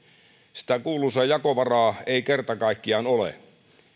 sitä kuuluisaa jakovaraa ei kerta kaikkiaan ole